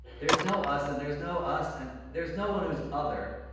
there's no us and there's no us and there's no one who's other,